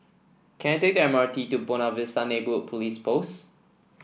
can I take M R T to Buona Vista Neighbourhood Police Post